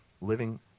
living